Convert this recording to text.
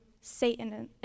Satan